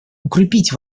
укрепить